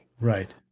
Right